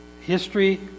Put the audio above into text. history